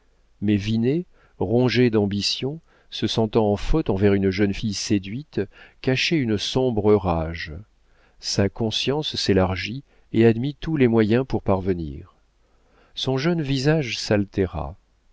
mais vinet rongé d'ambition se sentant en faute envers une jeune fille séduite cachait une sombre rage sa conscience s'élargit et admit tous les moyens pour parvenir son jeune visage